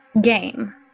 Game